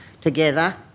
together